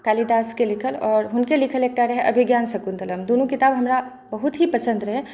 कालिदासके लिखल आओर हुनके लिखल एकटा रहय अभिज्ञान शकुन्तलम दुनू किताब हमरा बहुत ही पसन्द रहै